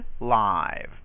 live